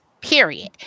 period